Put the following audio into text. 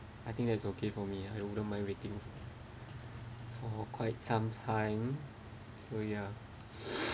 I think that it's okay for me I wouldn't mind waiting for quite some time so ya